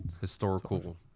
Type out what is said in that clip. historical